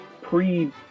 pre